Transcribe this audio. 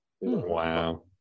Wow